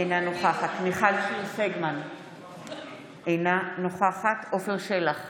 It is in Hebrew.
אינה נוכחת מיכל שיר סגמן, אינה נוכחת עפר שלח,